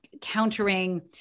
countering